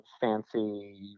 fancy